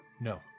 No